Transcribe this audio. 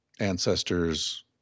ancestors